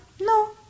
No